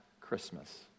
Christmas